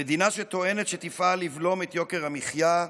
המדינה, שטוענת שתפעל לבלום את יוקר המחיה,